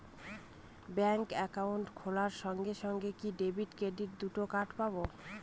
Bank account খোলার সঙ্গে সঙ্গে কি ডেবিট ক্রেডিট দুটো কার্ড পাবো?